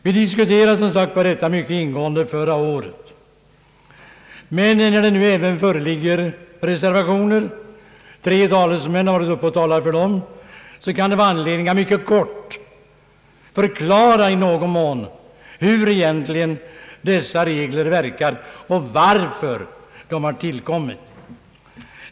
Vi diskuterade som sagt detta mycket ingående förra året, men när det även nu föreligger reservationer — tre talare har varit uppe och motiverat dem — kan det vara anledning att mycket kort förklara hur dessa regler egentligen verkar och varför de har tillkommit.